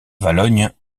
valognes